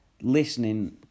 listening